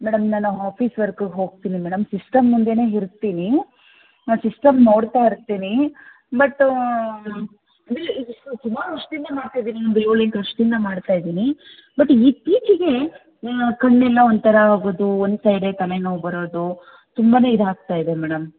madam ನಾನು office ವರ್ಕಗೆ ಹೋಗ್ತೀನಿ ಮೇಡಮ್ ಸಿಸ್ಟಮ್ ಮುಂದೇನೆ ಇರ್ತೀನಿ ಹಾಂ ಸಿಸ್ಟಮ್ ನೋಡ್ತಾ ಇರ್ತೀನಿ ಬಟ ಇದು ಸುಮಾರು ವರ್ಷದಿಂದ ಮಾಡ್ತಿದ್ದೀನಿ ಒಂದು ಏಳು ಎಂಟು ವರ್ಷದಿಂದ ಮಾಡ್ತಾಯಿದ್ದೀನಿ ಬಟ್ ಇತ್ತೀಚಿಗೆ ಕಣ್ಣೆಲ್ಲ ಒಂಥರ ಆಗೋದು ಒನ್ ಸೈಡೆ ತಲೆನೋವು ಬರೋದು ತುಂಬಾ ಇದು ಆಗ್ತಾಯಿದೆ ಮೇಡಮ್